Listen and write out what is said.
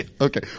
Okay